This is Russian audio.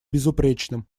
безупречным